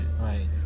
Right